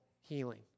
healing